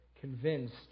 convinced